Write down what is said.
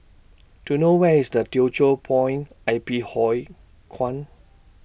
Do YOU know Where IS The Teochew Poit I P Huay Kuan